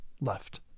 left